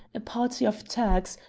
a party of turks,